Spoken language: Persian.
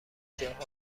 جاها